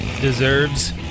deserves